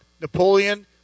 Napoleon